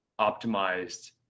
optimized